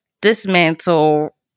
dismantle